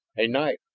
a knife,